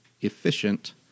efficient